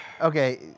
okay